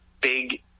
big